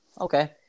Okay